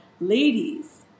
ladies